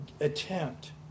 attempt